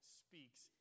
speaks